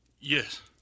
Yes